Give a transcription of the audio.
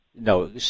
No